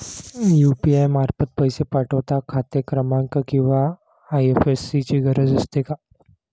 UPI मार्फत पैसे पाठवता खाते क्रमांक किंवा आय.एफ.एस.सी ची गरज असते का?